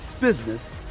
business